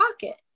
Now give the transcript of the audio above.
pocket